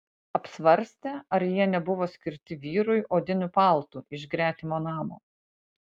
apsvarstė ar jie nebuvo skirti vyrui odiniu paltu iš gretimo namo